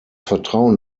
vertrauen